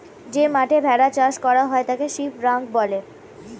যে মাঠে ভেড়া চাষ করা হয় তাকে শিপ রাঞ্চ বলে